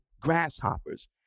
grasshoppers